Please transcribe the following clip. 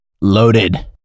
loaded